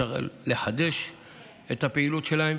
לחדש את הפעילות שלהם,